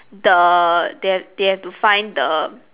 the they have they have to find the